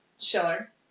Schiller